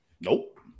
Nope